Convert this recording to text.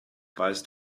weißt